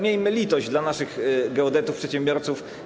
Miejmy litość dla naszych geodetów, przedsiębiorców.